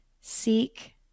seek